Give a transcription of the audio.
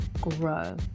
grow